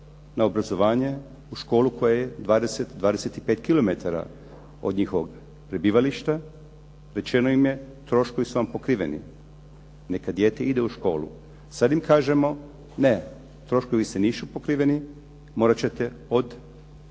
na obrazovanje u školu koja je 20, 25 kilometara od njihovog prebivalište. Rečeno im je troškovi su vam pokriveni, neka dijete ide u školu. Sada im kažemo, ne troškovi više nisu pokriveni, morat ćete od rujna